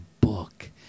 book